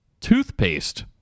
toothpaste